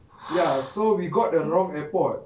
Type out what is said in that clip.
ya so we got the wrong airport